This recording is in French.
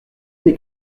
des